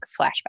flashback